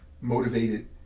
motivated